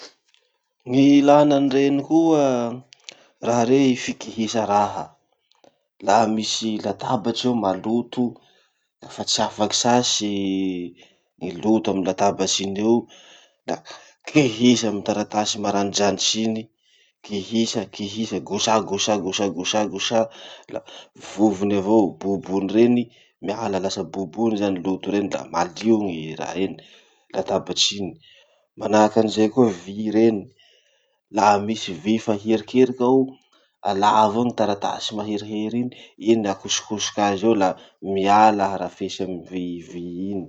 Ny ilana any reny koa, raha rey fikihisa raha. Laha misy latabatsy eo maloto, lafa tsy afaky sasy gny loto amy latabatsy iny eo, da kihisa amy taratasy maranidranitsy iny, kihisa kihisa gosa gosa gosa gosa gosa la vovony avao, bobony reny miala. Lasa bobony zany loto reny la malio gny raha iny, latabatry iny. Manahaky anizay koa vy reny, laha misy vy fa herikeriky ao, alà avao taratasy maherihery iny, iny akosokosoky azy eo la miala harafesy amy vy iny.